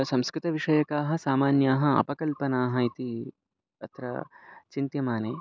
संस्कृतविषयकाः सामान्याः अपकल्पनाः इति अत्र चिन्त्यमाने